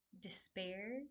despair